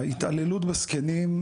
ההתעללות בזקנים,